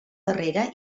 darrere